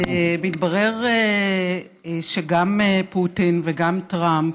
מתברר שגם פוטין וגם טראמפ,